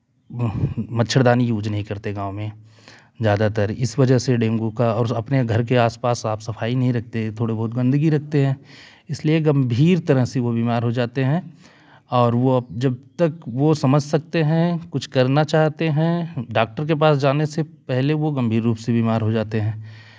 मच्छरदानी यूज़ नहीं करते गाँव में ज्यादातर इस वजह से डेंगू का और अपने घर के आसपास साफ सफाई नहीं रखते थोड़े बहुत गंदगी रखते हैं इसलिए गंभीर तरह से वो बीमार हो जाते हैं और वो अब जब तक वो समझ सकते हैं कुछ करना चाहते हैं डॉक्टर के पास जाने से पहले वो गंभीर रूप से बीमार हो जाते हैं